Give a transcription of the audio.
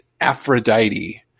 aphrodite